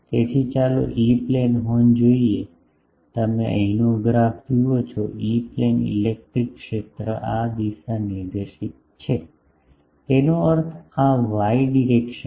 તેથી ચાલો E plane horn જોઈએ કે તમે અહીંનો ગ્રાફ જુઓ છો ઇ પ્લેન ઇલેક્ટ્રિક ક્ષેત્ર આ દિશા નિર્દેશિત છે તેનો અર્થ આ વાય ડિરેક્શન